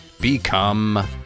become